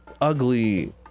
ugly